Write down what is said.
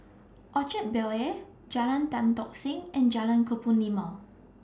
Orchard Bel Air Jalan Tan Tock Seng and Jalan Kebun Limau